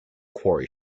quarry